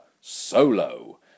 solo